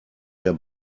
der